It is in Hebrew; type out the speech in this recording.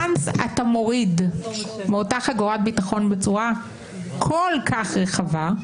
ברגע שאתה מוריד מאותה חגורת ביטחון בצורה כל כך רחבה,